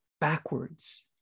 backwards